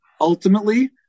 ultimately